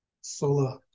sola